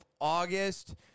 August